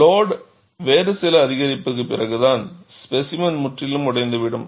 load வேறு சில அதிகரிப்புக்குப் பிறகுதான் ஸ்பேசிமென் முற்றிலும் உடைந்து விடும்